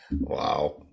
wow